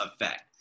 effect